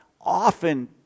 often